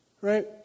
Right